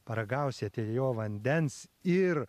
paragausite jo vandens ir